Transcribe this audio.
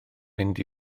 mynd